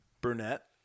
Brunette